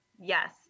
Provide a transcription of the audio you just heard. Yes